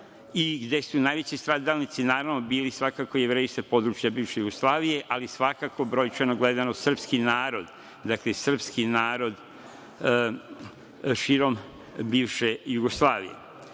i gde su najveći stradalnici, naravno, bili svakako Jevreji sa područja bivše Jugoslavije, ali svakako brojčano gledano srpski narod, dakle srpski narod širom bivše Jugoslavije.U